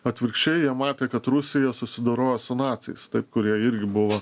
atvirkščiai jie matė kad rusija susidorojo su naciais taip kurie irgi buvo